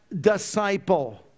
disciple